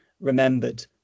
remembered